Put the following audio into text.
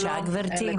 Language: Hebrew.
בבקשה גבירתי.